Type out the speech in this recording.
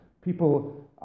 People